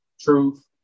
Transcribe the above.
truth